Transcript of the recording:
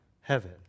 heaven